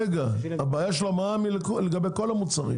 הבעיה של המע"מ היא לגבי כל המוצרים,